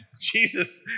Jesus